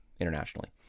internationally